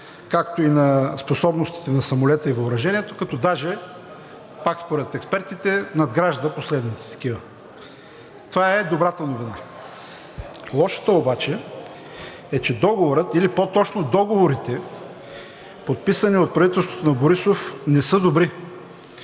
както и на способностите на самолета и въоръжението, като даже, пак според експертите, надгражда последните такива. Това е добрата новина. Лошата обаче е, че договорът или по-точно договорите, подписани от правителството на Борисов, не са добри